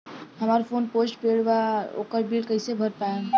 हमार phone post paid बा ओकर बिल कईसे भर पाएम?